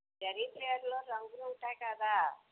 జరీ చీరలు రంగులు ఉంటాయి కదా